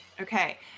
okay